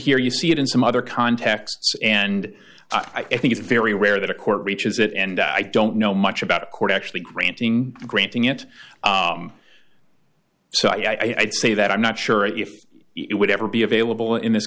here you see it in some other contexts and i think it's very rare that a court reaches it and i don't know much about a court actually granting granting it so i'd say that i'm not sure if it would ever be available in this